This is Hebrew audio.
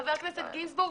חבר הכנסת גינזבורג,